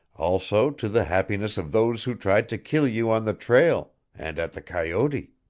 also to the happiness of those who tried to kill you on the trail and at the coyote.